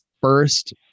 first